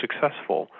successful